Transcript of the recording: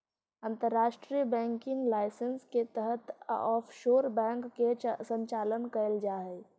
अंतर्राष्ट्रीय banking licence के तहत ऑफशोर बैंक के संचालन कैल जा हइ